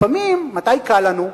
לפעמים, מתי קל לנו?